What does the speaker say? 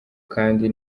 kandi